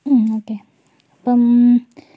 ഉം ഓക്കേ അപ്പോൾ